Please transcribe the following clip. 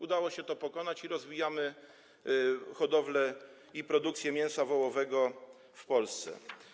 Udało się to pokonać i rozwijamy hodowlę i produkcję mięsa wołowego w Polsce.